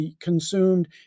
consumed